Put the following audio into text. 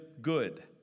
good